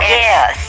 yes